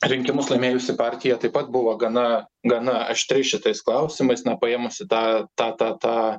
rinkimus laimėjusi partija taip pat buvo gana gana aštri šitais klausimais na paėmusi tą tą tą tą